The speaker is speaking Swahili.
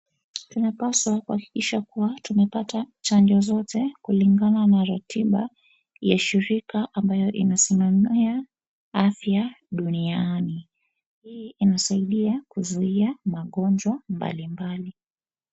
Tunapaswa kuhakikisha kuwa tumepata chanjo zote kulingana na ratiba ya shirika ambayo inasimamia afya duniani. Hii inasaidia kuzuia magonjwa mbalimbali.